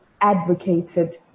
advocated